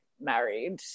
married